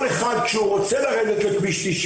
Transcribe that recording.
שלכל אחד כשהוא שרוצה לרדת לכביש 90